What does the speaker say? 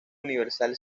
universal